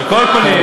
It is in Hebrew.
על כל פנים,